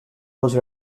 was